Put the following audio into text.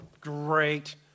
great